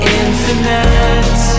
infinite